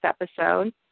episode